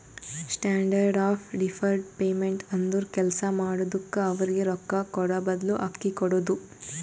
standard of deferred payment ಅಂದುರ್ ಕೆಲ್ಸಾ ಮಾಡಿದುಕ್ಕ ಅವ್ರಗ್ ರೊಕ್ಕಾ ಕೂಡಾಬದ್ಲು ಅಕ್ಕಿ ಕೊಡೋದು